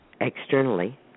Externally